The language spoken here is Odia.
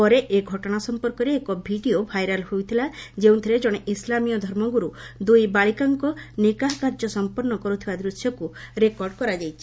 ପରେ ଏ ଘଟଣା ସମ୍ପର୍କରେ ଏକ ଭିଡିଓ ଭାଇରାଲ ହୋଇଥିଲା ଯେଉଁଥିରେ ଜଣେ ଇସ୍ଲାମୀୟ ଧର୍ମଗୁରୁ ଦୁଇବାଳିକାଙ୍କ ନିକାହ କାର୍ଯ୍ୟ ସମ୍ପନ୍ନ କରୁଥିବା ଦୂଶ୍ୟକ୍ତ ରେକର୍ଡ କରାଯାଇଛି